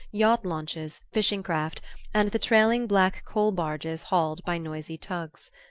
yacht-launches, fishing-craft and the trailing black coal-barges hauled by noisy tugs.